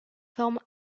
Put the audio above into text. forme